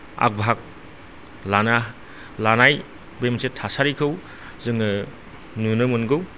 आगभाग लाना लानाय बे मोनसे थासारिखौ जोङो नुनो मोनगौ